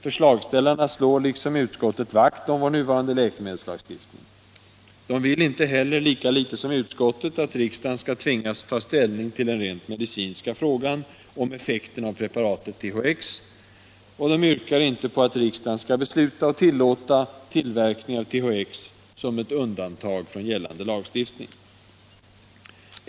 Förslagsställarna slår liksom utskottet vakt om vår nuvarande läkemedelslagstiftning. Lika litet som utskottet vill de att riksdagen skall tvingas att ta ställning till den rent medicinska frågan om effekten av preparatet THX, och de yrkar inte på att riksdagen skall besluta att tillåta tillverkning av THX som ett undantag från gällande lagstiftning.